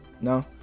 no